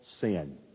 sin